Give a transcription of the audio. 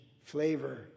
flavor